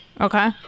Okay